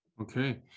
Okay